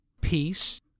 peace